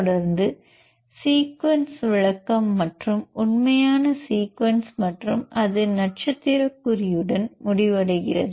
தொடர்ந்து சீக்வென்ஸ் விளக்கம் மற்றும் உண்மையான சீக்வென்ஸ் மற்றும் அது நட்சத்திர குறியுடன் முடிவடைகிறது